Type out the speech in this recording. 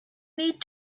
need